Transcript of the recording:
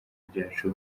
byacu